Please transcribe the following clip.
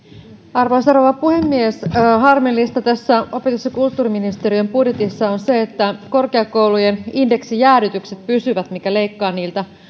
arvoisa rouva puhemies harmillista tässä opetus ja kulttuuriministeriön budjetissa on se että korkeakoulujen indeksijäädytykset pysyvät mikä leikkaa niiltä